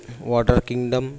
water kingdom